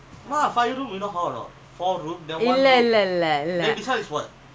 இது:idhu three ah illa four N_G